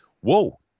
whoa